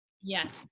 Yes